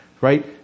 right